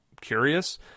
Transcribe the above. curious